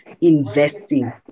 investing